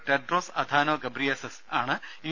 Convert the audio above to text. Tedros Adhanom Ghebreyesus ആണ് U